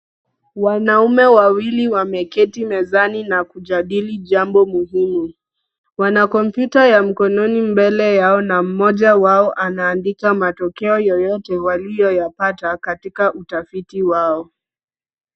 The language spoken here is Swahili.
Wanaume wawili wameketi mezani na kujadili jambo muhimu. Wana kompyuta ya mkononi mbele yao na mmoja wao anaandika matokeo yoyote walioyapata katika utafiti wao.